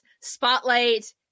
spotlight